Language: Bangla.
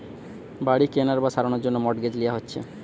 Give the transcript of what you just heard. বাড়ি কেনার বা সারানোর জন্যে মর্টগেজ লিয়া হচ্ছে